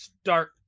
start